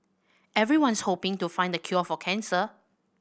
everyone's hoping to find the cure for cancer